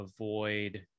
avoid